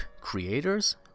creators